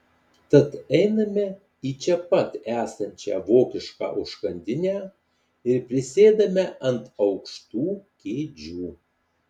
tad einame į čia pat esančią vokišką užkandinę ir prisėdame ant aukštų kėdžių